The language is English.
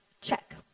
check